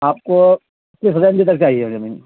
آپ کو کس ہتنجے تک چاہیے بے میں نے